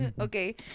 Okay